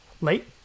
Late